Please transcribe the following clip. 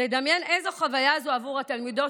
לדמיין איזו חוויה זו עבור התלמידות,